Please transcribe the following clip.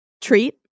treat